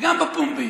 וגם בפומבי,